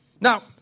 Now